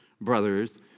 brothers